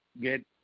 get